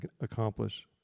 accomplish